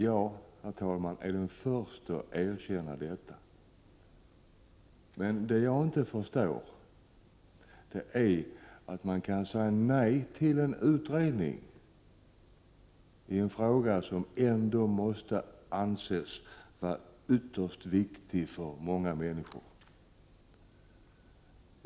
Jag är den förste att erkänna detta, men jag förstår inte att utskottsmajoriteten kan säga nej till en utredning i en fråga som ändå måste anses vara ytterst viktig för många människor.